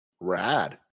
rad